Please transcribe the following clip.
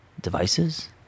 Devices